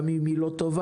גם אם היא לא טובה.